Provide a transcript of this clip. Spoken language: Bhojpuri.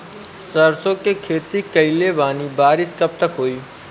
सरसों के खेती कईले बानी बारिश कब तक होई?